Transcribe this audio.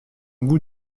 bout